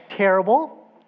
Terrible